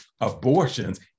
abortions